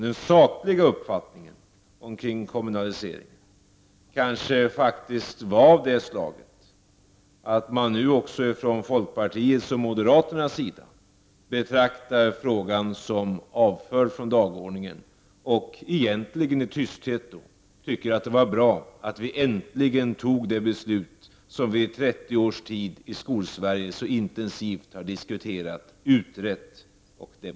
Den sakliga uppfattningen om kommunaliseringen var kanske av det slaget att även folkpartiet och moderaterna nu betraktar frågan som avförd från dagordningen och egentligen, i tysthet, tycker att det var bra att riksdagen äntligen fattade ett beslut i den fråga som vi under 30 års tid så intensivt har diskuterat och utrett i Skolsverige.